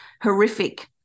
horrific